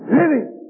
living